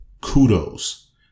kudos